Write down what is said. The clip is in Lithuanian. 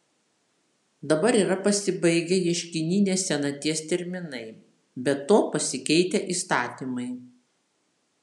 dabar yra pasibaigę ieškininės senaties terminai be to pasikeitę įstatymai